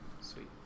sweet